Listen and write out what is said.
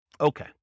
Okay